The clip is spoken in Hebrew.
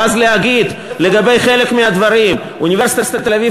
ואז לומר לגבי חלק מהדברים: אוניברסיטת תל-אביב,